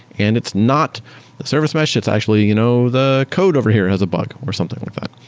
and it's not the service mesh, it's actually you know the code over here has a bug, or something like that.